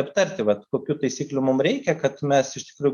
aptarti vat kokių taisyklių mum reikia kad mes iš tikrųjų